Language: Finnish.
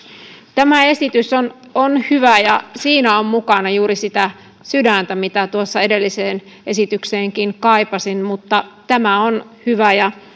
tämä esitys on on hyvä ja siinä on mukana juuri sitä sydäntä mitä edelliseen esitykseenkin kaipasin mutta tämä on hyvä ja